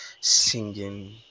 singing